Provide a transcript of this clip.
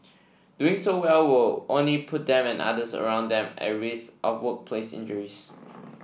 doing so will only put them and others around them at risk of workplace injuries